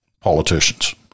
politicians